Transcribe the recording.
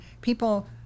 people